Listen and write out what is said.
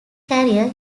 career